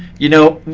you know,